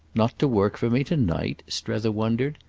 not to work for me to-night? strether wondered.